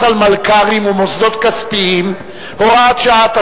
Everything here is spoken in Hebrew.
על עסקה ועל יבוא טובין) (הוראת שעה),